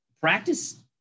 practice